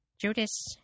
Judas